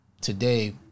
today